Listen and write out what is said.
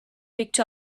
picked